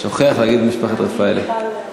שוכח להגיד משפחת רפאלי.